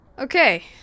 Okay